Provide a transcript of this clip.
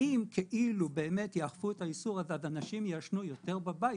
שאם יאכפו את האיסור אז אנשים יעשנו יותר בבית,